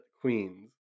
Queens